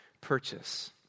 purchase